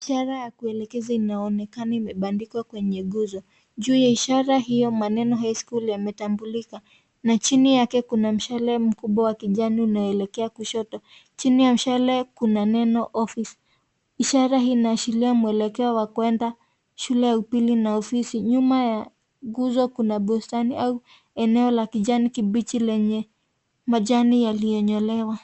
Ishara ya kuelekeza inaonekana imebandikwa kwenye nguzo. Juu ya ishara hiyo maneno high school yametambulika. Na chini yake kuna mshale mkubwa wa kijani unayoelekea kushoto. Chini ya mshale kuna neno office . Ishara inaashiria mwelekeo wa kwenda shule ya upili na ofisi. Nyuma ya nguzo kuna bustani au eneo la kijani kibichi lenye majani yaliyenyolewa.